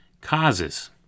causes